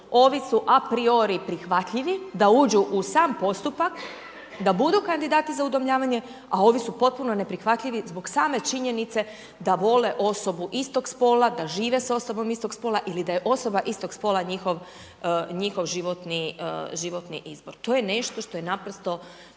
ovi su apriori prihvatljivi da uđu u sam postupak da budu kandidati za udomljavanje, a ovi su potpuno neprihvatljivi zbog same činjenice da vole osobu istog spola, da žive s osobom istog spola ili da je osoba istog spola njihov životni izbor to je nešto što je naprosto